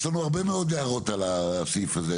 יש לנו הרבה מאוד הערות על הסעיף הזה,